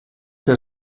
que